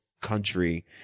country